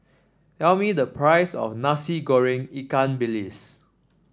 tell me the price of Nasi Goreng Ikan Bilis